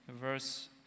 verse